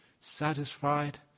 satisfied